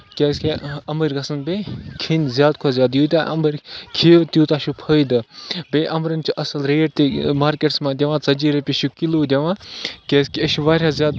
کیازِکہِ اَمبٕر گژھن بیٚیہِ کھٮ۪ن زیادٕ کھۄتہٕ زیادٕ ییٖتیہ اَمبٕر کھیٚیِو توٗتاہ چھُ فٲیدٕ بیٚیہِ اَمبرین چھِ اَصٕل ریٹ تہِ مارکیٹس منٛز دِوان ژَتجِہہ رۄپیٚہِ چھِ کِلو دِوان کیازِکہِ أسۍ چھِ واریاہ زیادٕ